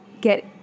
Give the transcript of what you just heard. get